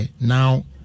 now